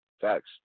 Facts